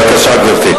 בבקשה, גברתי.